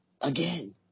again